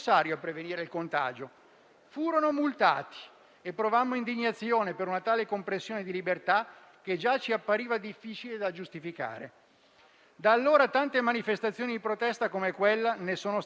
Da allora, tante manifestazioni di protesta come quella sono state fatte in tutta Italia. Da allora, si calcola che, delle oltre 73.000 imprese chiuse, circa 17.000, quasi un quarto, Ministro, non riapriranno più: